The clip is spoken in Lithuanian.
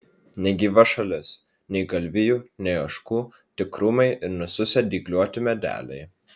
negyva šalis nei galvijų nei ožkų tik krūmai ir nususę dygliuoti medeliai